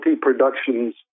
Productions